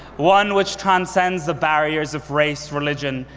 one which transcends the barriers of race, religion,